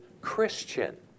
Christian